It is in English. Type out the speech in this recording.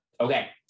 Okay